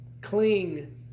cling